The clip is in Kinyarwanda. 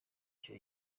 icyo